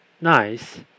nice